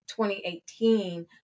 2018